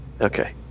Okay